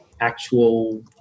actual